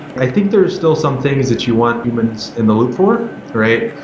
i think there're still some things that you want humans in the loop for, right?